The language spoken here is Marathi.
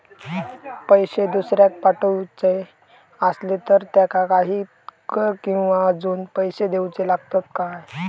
पैशे दुसऱ्याक पाठवूचे आसले तर त्याका काही कर किवा अजून पैशे देऊचे लागतत काय?